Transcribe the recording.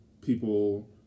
people